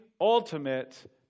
ultimate